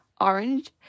Orange